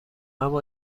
اما